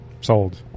Sold